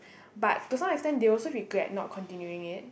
but to some extent they also regret not continuing it